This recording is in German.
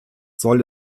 soll